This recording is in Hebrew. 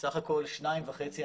סך הכול שניים וחצי אנשים,